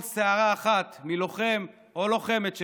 שערה אחת מראשם של לוחם או לוחמת שלנו.